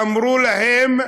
ואמרו להם: